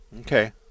Okay